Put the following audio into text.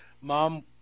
Mom